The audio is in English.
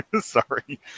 Sorry